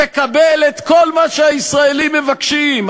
תקבל את כל מה שהישראלים מבקשים,